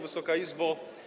Wysoka Izbo!